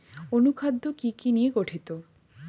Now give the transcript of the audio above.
অনুখাদ্য কি কি নিয়ে গঠিত?